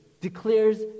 declares